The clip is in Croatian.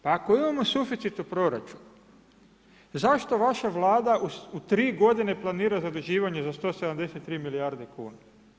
Pa ako imamo suficit u proračunu, zašto vaša Vlada u 3 g. planira zaduživanje za 173 milijarde kuna?